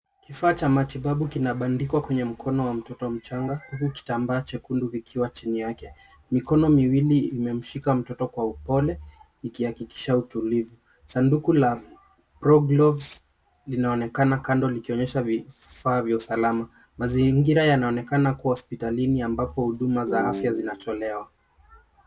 Kifaa cha matibabu kinabandikwa kwenye mkono wa mtoto mchanga huku kitambaa chekundu kikiwa chini yake. Mikono miwili imemshika mtoto kwa upole ikihakikisha utulivu. Sanduku la pro gloves inaonekana kando likionyesha vifaa vya usalama. Mazingira yanaonekana kuwa hospitalini ambapo huduma za afya zinatolewa.